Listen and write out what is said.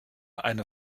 eine